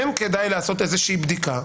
כן כדאי לעשות איזושהי בדיקה.